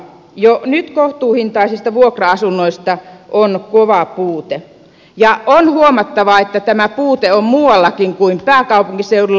jo nyt kohtuuhintaisista vuokra asunnoista on kova puute ja on huomattava että tämä puute on muuallakin kuin pääkaupunkiseudulla